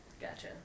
Gotcha